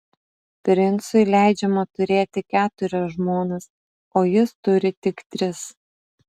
princui leidžiama turėti keturias žmonas o jis turi tik tris